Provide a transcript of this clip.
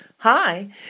Hi